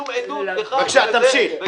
שום עדות לכך שזה חניית נכים,